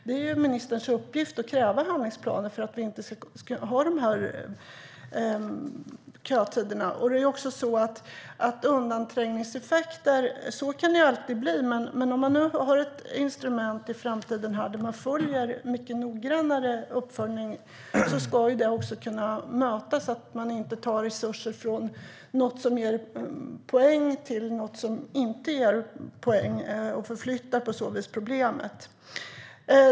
Det är ministerns uppgift att kräva handlingsplaner för att vi inte ska ha de här kötiderna. Undanträngningseffekter kan det alltid bli, men om man i framtiden har ett instrument för att göra mycket noggrannare uppföljningar ska det kunna motverka att man tar resurser från något som ger poäng till något som inte ger poäng och på så vis förflyttar problemet.